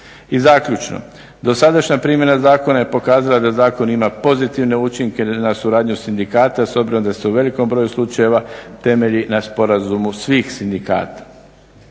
I zaključno, dosadašnja primjena zakona je pokazala da zakon ima pozitivne učinke na suradnju sindikata s obzirom da se u velikom broju slučajeva temelji na sporazumu svih sindikata.